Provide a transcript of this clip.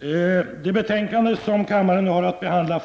Herr talman! Det betänkande från justitieutskottet som kammaren nu har att behandla